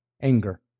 Anger